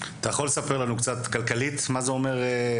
אתה יכול לספר לנו כלכלית מה זה אומר.